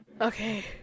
Okay